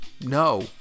no